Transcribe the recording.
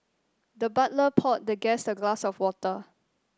the butler poured the guest a glass of water